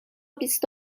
بیست